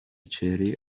ceri